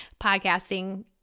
podcasting